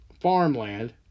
farmland